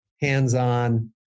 hands-on